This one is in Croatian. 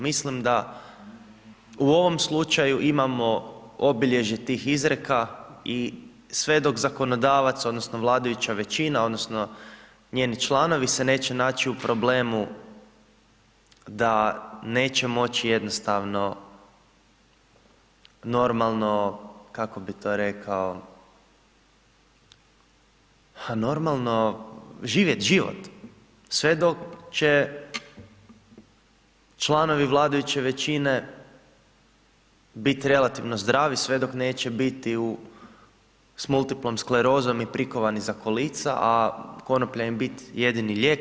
Mislim da u ovom slučaju imamo obilježe tih izreka i sve dok zakonodavac, odnosno, vladajuća većina, odnosno, njeni članovi se neće naći u problemu da neće moći jednostavno normalno kako bi to rekao, normalno živjet život, sve dok će članovi vladajuće većine biti relativno zdravi, sve dok neće biti u s multipla sklerozom i prikovani za kolica, a konoplja im biti jedini lijek.